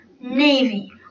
navy